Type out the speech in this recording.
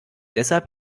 deshalb